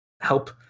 help